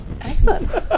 Excellent